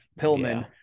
Pillman